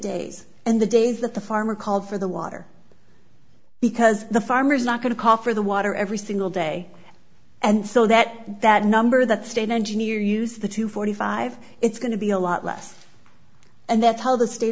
days and the days that the farmer called for the water because the farmer is not going to call for the water every single day and so that that number that state engineer used the two forty five it's going to be a lot less and that's how the state